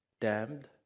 Damned